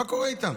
מה קורה איתם?